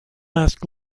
ask